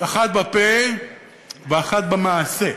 אחד בפה ואחד במעשה.